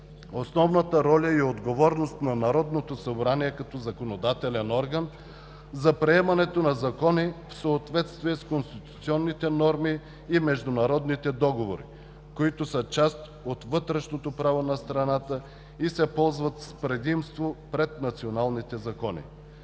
основната роля и отговорност на Народното събрание като законодателен орган за приемането на закони в съответствие с конституционните норми и международните договори, които са част от вътрешното право на страната и се ползват с предимство пред националните закони.